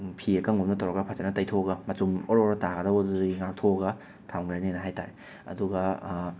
ꯐꯤ ꯑꯀꯪꯕ ꯑꯃꯅ ꯇꯧꯔꯒ ꯐꯖꯅ ꯇꯩꯊꯣꯛꯑꯒ ꯃꯆꯨꯝ ꯑꯣꯔꯣ ꯑꯣꯔꯣ ꯇꯥꯒꯗꯧꯕꯗꯨꯗꯒꯤ ꯉꯥꯛꯊꯣꯛꯑꯒ ꯊꯝꯒ꯭ꯔꯅꯦꯅ ꯍꯥꯏꯕ ꯇꯥꯔꯦ ꯑꯗꯨꯒ